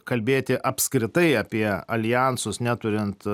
kalbėti apskritai apie aljansus neturint